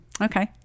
okay